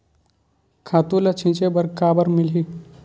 खातु ल छिंचे बर काबर मिलही?